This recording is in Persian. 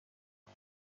صرف